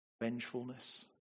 vengefulness